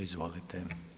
Izvolite.